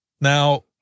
Now